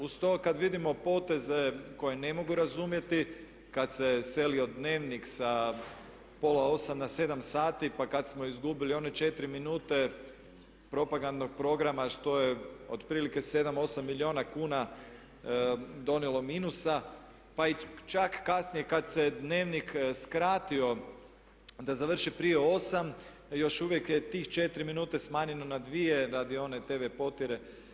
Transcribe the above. Uz to kad vidimo poteze koje ne mogu razumjeti kad se selio Dnevnik sa pola osam na 7 sati, pa kad smo izgubili one 4 minute propagandnog programa što je otprilike 7,8 milijuna kuna donijelo minusa, pa i pak kasnije kad se Dnevnik skratio da završi prije 8 još uvijek je tih 4 minute smanjeno na 2 radi one "Tv Potjere"